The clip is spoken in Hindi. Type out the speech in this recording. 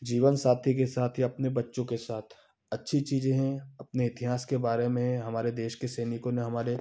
जीवनसाथी के साथ या अपने बच्चों के साथ अच्छी चीज़ें हैं अपने इतिहास के बारे में हमारे देश के सैनिकों ने हमारे